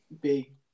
big